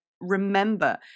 remember